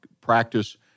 practice